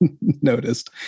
noticed